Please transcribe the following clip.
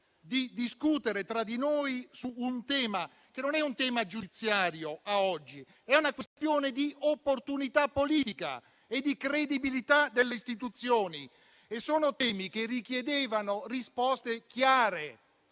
di discutere tra di noi su un tema, che non è un tema giudiziario, ma è una questione di opportunità politica e di credibilità delle istituzioni. Sono temi che richiedevano risposte chiare